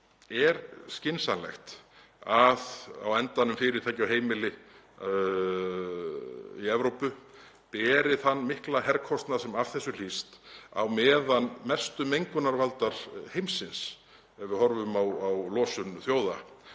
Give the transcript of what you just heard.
er skynsamlegt að á endanum beri fyrirtæki og heimili í Evrópu þann mikla herkostnað sem af þessu hlýst á meðan mestu mengunarvaldar heimsins, ef við horfum á losun þjóða,